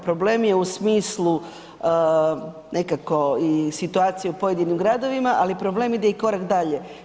Problem je u smislu nekako i situacije u pojedinim gradovima ali problem ide i korak dalje.